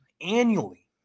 annually